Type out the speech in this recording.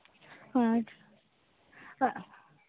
हाँ